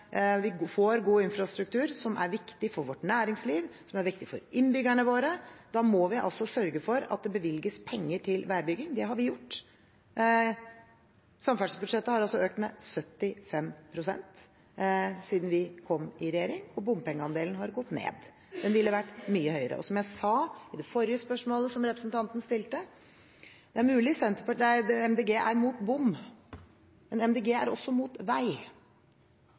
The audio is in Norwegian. vi får god infrastruktur, som er viktig for vårt næringsliv, og som er viktig for innbyggerne våre. Da må vi sørge for at det bevilges penger til veibygging. Det har vi gjort. Samferdselsbudsjettet har økt med 75 pst. siden vi kom i regjering, og bompengeandelen har gått ned – den ville ellers vært mye høyere. Og som jeg sa til det forrige spørsmålet som representanten stilte: Det er mulig Miljøpartiet De Grønne er imot bom, men Miljøpartiet De Grønne er også imot vei.